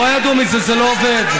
רדו מזה, זה לא עובד.